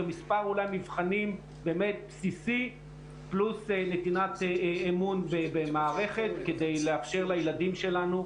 במספר מבחנים באמת בסיסי פלוס נתינת אמון במערכת כדי לאפשר לילדים שלנו